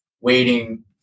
waiting